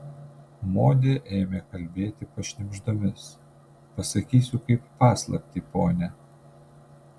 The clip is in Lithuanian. modė ėmė kalbėti pašnibždomis pasakysiu kaip paslaptį pone